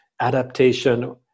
adaptation